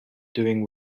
doing